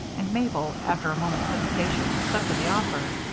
and mabel, after a moment's hesitation, accepted the offer.